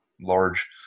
large